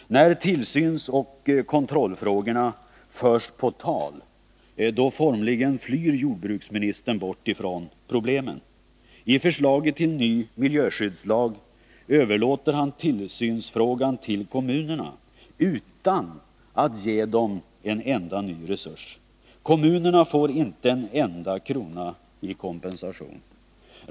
När tillsynsoch kontrollfrågorna förs på tal, då formligen flyr jordbruksministern bort från problemen. I förslaget till ny miljöskyddslag överlåter han tillsynsfrågan till kommunerna utan att ge dem en enda ny resurs. Kommunerna får inte en enda krona i kompensation.